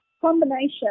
combination